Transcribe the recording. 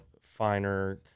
finer